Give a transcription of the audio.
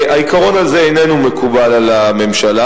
העיקרון הזה איננו מקובל על הממשלה.